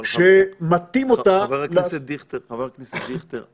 שמטים אותה לעשות --- חבר הכנסת דיכטר,